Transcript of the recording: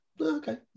Okay